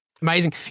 Amazing